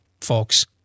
folks